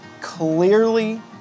clearly